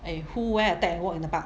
eh who wear a tag and walk in the park